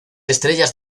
estrellas